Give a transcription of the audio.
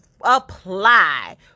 apply